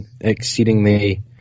exceedingly